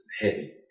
heavy